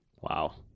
Wow